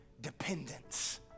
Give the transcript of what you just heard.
dependence